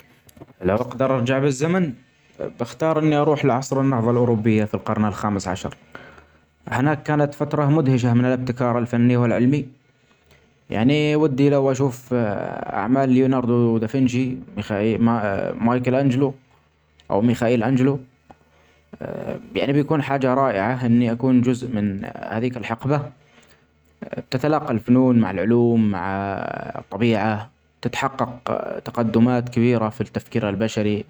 لو أجدر أرجع بالزمن بختار إني اروح في عصر النهظة الاوروبية في القرن الخامس عشر ، هناك كانت فترة مدهشة من الابتكار الفني والعلمي ، يعني ودي لو أشوف اعمال رونالدو دافنشي مايكل أنجلو أو ميخائيل أنجلو يعني بيكون حاجه رائعة إني أكون جزء من هديك الحقبة ، تتلاقي الفنون مع العلوم مع الطبييعة ، تتحقق تقدمات كبيرة في التفكير البشري.